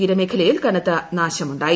തീരമേഖലയിൽ കനത്ത നാശമുണ്ടായി